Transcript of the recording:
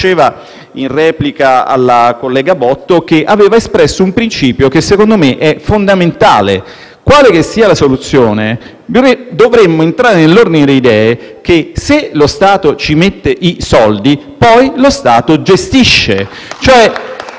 diceva in replica alla collega Botto, che aveva espresso un principio, secondo me, fondamentale: quale che sia la soluzione, dovremmo entrare nell'ordine di idee che se lo Stato ci mette i soldi, poi lo Stato gestisce.